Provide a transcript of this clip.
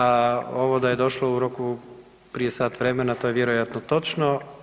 A ovo da je došlo u roku prije sat vremena to je vjerojatno točno.